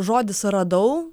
žodis radau